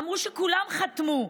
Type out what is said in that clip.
אמרו שכולם חתמו.